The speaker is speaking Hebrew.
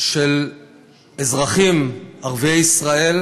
של אזרחים ערביי ישראל,